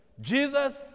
Jesus